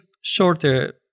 shorter